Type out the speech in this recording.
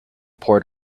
poured